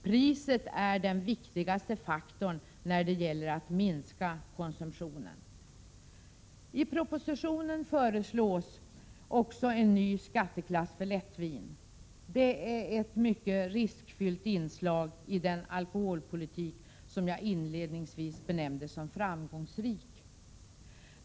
Priset är den viktigaste faktorn när det gäller att minska konsumtionen ———.” I propositionen föreslås också en ny skatteklass för lättvin. Det är ett mycket riskfyllt inslag i den alkoholpolitik som jag inledningsvis benämnde som framgångsrik.